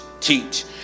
teach